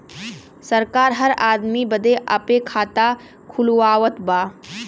सरकार हर आदमी बदे आपे खाता खुलवावत बा